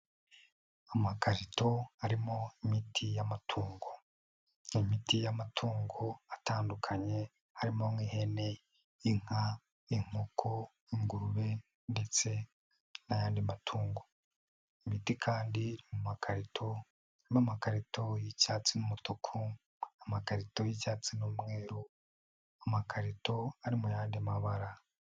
Amakarito arimo imiti y'amatungo, ni imiti y'amatungo atandukanye harimo nk'ihene, inka, inkoko n'ingurube ndetse n'ayandi matungo, imiti kandi iri mu makarito ni amakarito y'icyatsi n'umutuku, amakarito y'icyatsi n'umweru, amakarito ari mu yandi mabara.